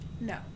No